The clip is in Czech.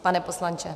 Pane poslanče...